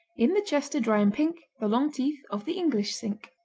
in the chester dry and pink the long teeth of the english sink.